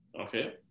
Okay